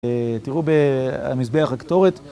תראו במזבח הקטורת.